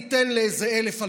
ניתן לאיזה 1,000,